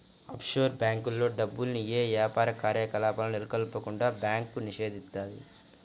offshore బ్యేంకుల్లో డబ్బుల్ని యే యాపార కార్యకలాపాలను నెలకొల్పకుండా బ్యాంకు నిషేధిత్తది